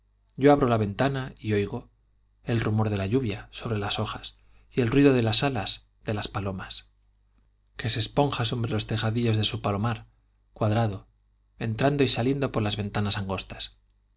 yo abro la ventana y oigo el rumor de la lluvia sobre las hojas y el ruido de las alas de las palomas que se esponjan sobre los tejadillos de su palomar cuadrado entrando y saliendo por las ventanas angostas